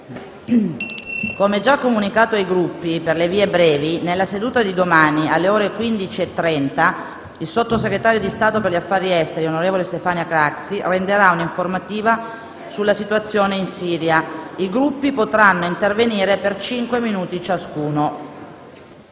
come già comunicato ai Gruppi per le vie brevi, nella seduta di domani, alle ore 15,30, la Sottosegretario di Stato per gli affari esteri, onorevole Stefania Craxi, renderà un'informativa sulla situazione in Siria. I Gruppi potranno intervenire per cinque minuti ciascuno.